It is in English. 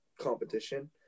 competition